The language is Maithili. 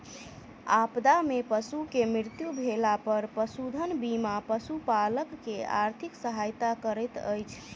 आपदा में पशु के मृत्यु भेला पर पशुधन बीमा पशुपालक के आर्थिक सहायता करैत अछि